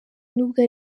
n’ubwo